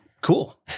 Cool